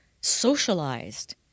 socialized